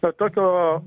to tokio